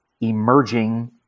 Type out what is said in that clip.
emerging